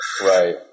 Right